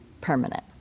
permanent